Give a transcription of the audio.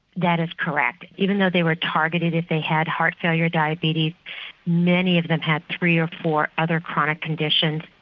that is correct. even though they were targeted if they had heart failure, diabetes many of them had three of four other chronic conditions.